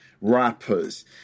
rappers